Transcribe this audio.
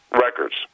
records